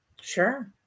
Sure